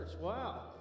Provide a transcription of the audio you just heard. wow